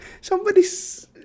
Somebody's